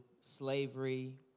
slavery